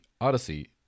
Odyssey